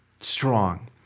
strong